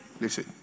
Listen